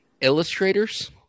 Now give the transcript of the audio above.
illustrators